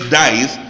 dies